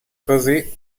così